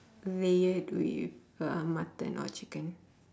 layered with uh mutton or chicken